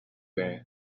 rare